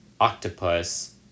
octopus